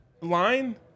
line